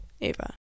Ava